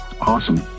awesome